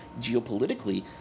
geopolitically